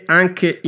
anche